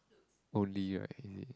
only right is it